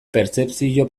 pertzepzio